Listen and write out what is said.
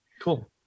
Cool